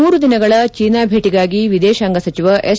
ಮೂರುದಿನಗಳ ಚೀನಾ ಭೇಟಗಾಗಿ ವಿದೇಶಾಂಗ ಸಚಿವ ಎಸ್